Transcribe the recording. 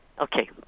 Okay